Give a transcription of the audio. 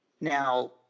Now